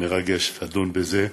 מרגש לדון בזה.